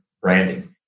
branding